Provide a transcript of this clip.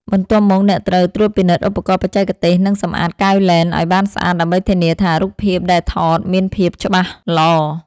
បន្ទាប់មក អ្នកត្រូវត្រួតពិនិត្យឧបករណ៍បច្ចេកទេស និងសម្អាតកែវលែនឱ្យបានស្អាត ដើម្បីធានាថា រូបភាពដែលថតបានមានភាពច្បាស់ល្អ។